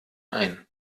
ein